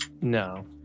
No